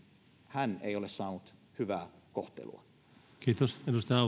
hän ei ole saanut hyvää kohtelua